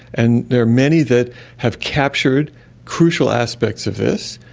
and there are many that have captured crucial aspects of this,